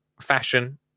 fashion